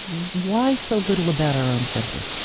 why so little about our own country?